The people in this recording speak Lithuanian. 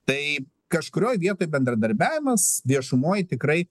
tai kažkurioj vietoj bendradarbiavimas viešumoj tikrai